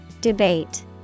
Debate